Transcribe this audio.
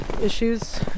issues